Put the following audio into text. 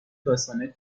داستانای